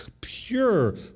pure